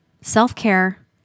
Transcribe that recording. Self-care